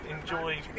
enjoy